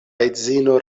edzino